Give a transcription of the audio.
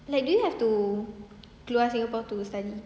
like do you have to keluar singapore to study